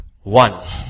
one